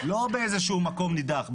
לא באיזה שהוא מקום נידח,